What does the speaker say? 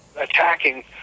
attacking